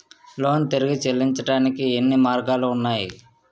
Loan తిరిగి చెల్లించటానికి ఎన్ని మార్గాలు ఉన్నాయి?